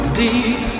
deep